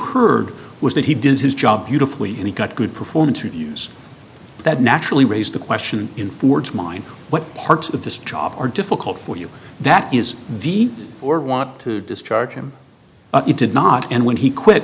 heard was that he did his job beautifully and he got good performance reviews that naturally raised the question in ford's mind what parts of this job are difficult for you that is v or want to discharge him he did not and when he quit